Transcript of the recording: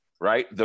right